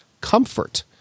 comfort